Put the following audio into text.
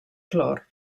clor